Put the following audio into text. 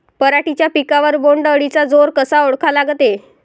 पराटीच्या पिकावर बोण्ड अळीचा जोर कसा ओळखा लागते?